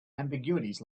ambiguities